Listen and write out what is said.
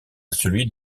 celui